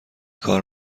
کار